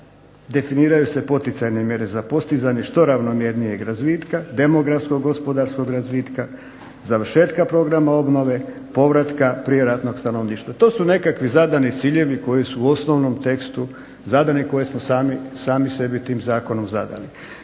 definiraju se poticajne mjere za postizanje što ravnomjernijeg razvitka, demografskog gospodarskog razvitka, završetka programa obnove, povratka prijeratnog stanovništva. To su nekakvi zadani ciljevi koji su u osnovnom tekstu zadani koje smo sami sebi tim zakonom zadali.